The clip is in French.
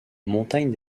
montagne